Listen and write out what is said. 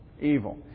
evil